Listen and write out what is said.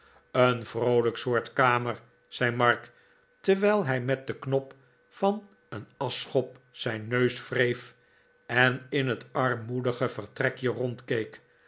een vroolijk soort kamer zei mark terwijl hij met den knop van een aschschop zijn neus wreef en in het armoedige vertrekje